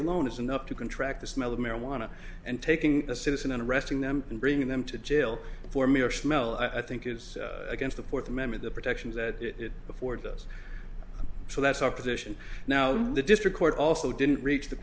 alone is enough to contract the smell of marijuana and taking the citizen and arresting them and bringing them to jail for me or smell i think is against the fourth amendment the protections that before does so that's our position now the district court also didn't reach the